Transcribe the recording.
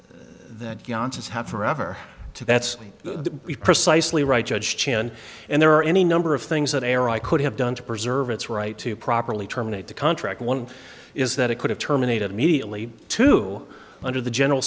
is have forever to that's precisely right judge chin and there are any number of things that are i could have done to preserve its right to properly terminate the contract one is that it could have terminated immediately to under the general